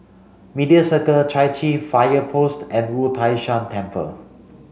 Media Circle Chai Chee Fire Post and Wu Tai Shan Temple